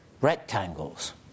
rectangles